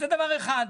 זה דבר אחד.